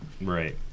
Right